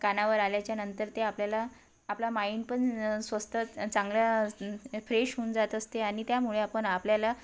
कानावर आल्याच्यानंतर ते आपल्याला आपला माइंड पण स्वस्थ चांगल्या फ्रेश होऊन जात असते आणि त्यामुळे आपण आपल्याला